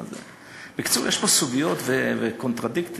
בקיצור, יש פה סוגיות וקונטרדיקטים,